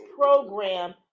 program